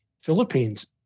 Philippines